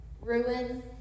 ruin